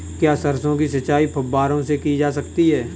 क्या सरसों की सिंचाई फुब्बारों से की जा सकती है?